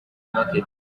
market